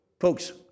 folks